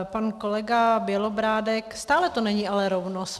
Pan kolega Bělobrádek stále to není ale rovnost.